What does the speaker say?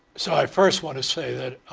so i first want to say that